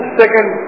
second